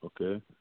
Okay